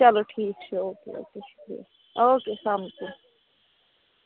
چَلو ٹھیٖک چھُ اوکے اوکے شُکرِیا اوکے اسلام علیکُم